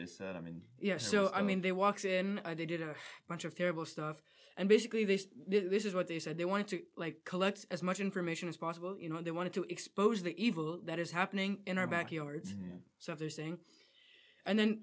this i mean yes so i mean they walked in they did a bunch of terrible stuff and basically this this is what they said they wanted to like collect as much information as possible you know they wanted to expose the evil that is happening in our backyard so they're saying and then